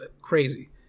crazy